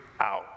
out